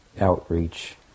outreach